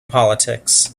politics